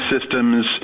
systems